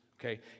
okay